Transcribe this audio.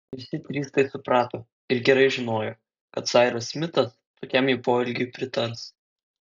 visi trys tai suprato ir gerai žinojo kad sairas smitas tokiam jų poelgiui pritars